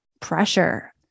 pressure